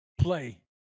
play